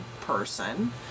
person